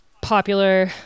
popular